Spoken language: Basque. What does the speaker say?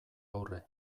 aurre